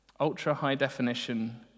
ultra-high-definition